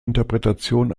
interpretation